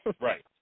Right